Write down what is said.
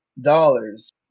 dollars